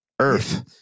Earth